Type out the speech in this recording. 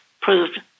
proved